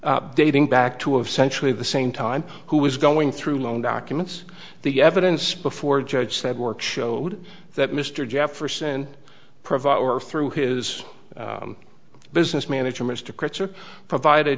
dating back to of century the same time who was going through loan documents the evidence before judge said work showed that mr jefferson provide or through his business manager mr critz or provided